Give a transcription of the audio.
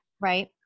Right